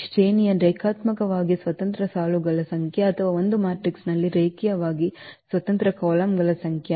ಶ್ರೇಣಿಯು ರೇಖಾತ್ಮಕವಾಗಿ ಸ್ವತಂತ್ರ ಸಾಲುಗಳ ಸಂಖ್ಯೆ ಅಥವಾ ಒಂದು ಮ್ಯಾಟ್ರಿಕ್ಸ್ನಲ್ಲಿ ರೇಖೀಯವಾಗಿ ಸ್ವತಂತ್ರ ಕಾಲಮ್ಗಳ ಸಂಖ್ಯೆ